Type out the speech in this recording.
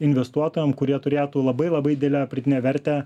investuotojam kurie turėtų labai labai didelę pridėtinę vertę